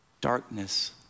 darkness